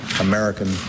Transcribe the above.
American